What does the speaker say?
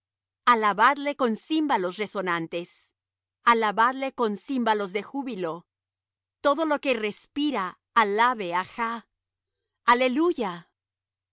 alabadle con címbalos resonantes alabadle con címbalos de júbilo todo lo que respira alabe á jah aleluya